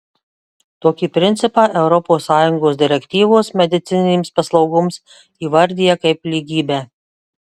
tokį principą europos sąjungos direktyvos medicininėms paslaugoms įvardija kaip lygybę